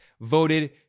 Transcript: voted